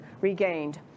regained